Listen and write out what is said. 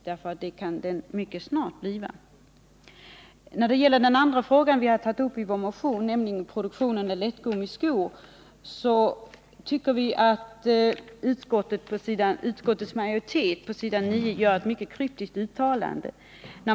När det gäller den andra frågan vi har tagit upp i motionen, nämligen produktion av lättgummiskor, tycker vi att utskottsmajoriteten gör ett mycket kryptiskt uttalande.